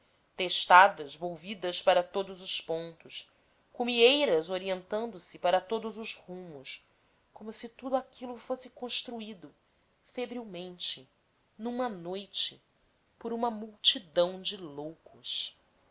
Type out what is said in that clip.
testadas volvidas para todos os pontos cumeeiras orientando se para todos os rumos como se tudo aquilo fosse construído febrilmente numa noite por uma multidão de loucos